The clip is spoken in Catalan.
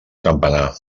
campanar